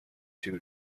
two